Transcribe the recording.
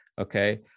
Okay